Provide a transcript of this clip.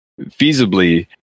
feasibly